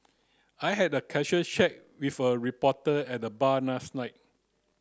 I had a casual chat with a reporter at the bar last night